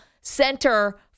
center